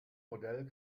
modell